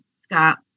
Scott